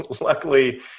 luckily